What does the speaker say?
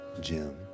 Jim